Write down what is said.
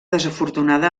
desafortunada